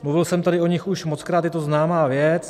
Mluvil jsem tady o nich už mockrát, je to známá věc.